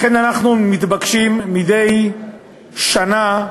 לכן אנחנו מתבקשים מדי שנה,